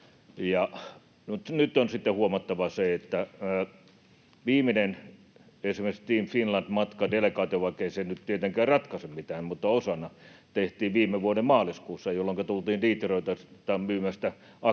sitten huomattava se, että esimerkiksi viimeinen Team Finland -delegaation matka — vaikkei se nyt tietenkään ratkaise mitään mutta osaksi — tehtiin viime vuoden maaliskuussa, jolloinka tultiin Detroitista myymästä akkuja,